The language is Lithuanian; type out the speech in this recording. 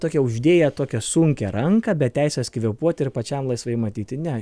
tokie uždėję tokią sunkią ranką be teisės kvėpuoti ir pačiam laisvai matyti ne